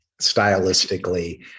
stylistically